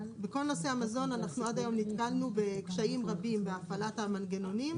בכל נושא המזון עד היום נתקלנו בקשיים רבים בהפעלת המנגנונים.